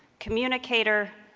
communicator,